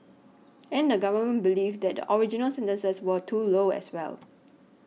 and the Government believed that the original sentences were too low as well